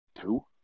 two